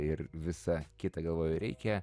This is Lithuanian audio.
ir visa kita galvoju reikia